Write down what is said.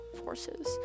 forces